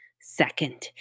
Second